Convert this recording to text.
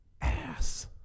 Ass